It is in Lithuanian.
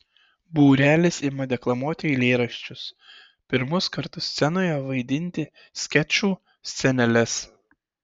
būrelis ima deklamuoti eilėraščius pirmus kartus scenoje vaidinti skečų sceneles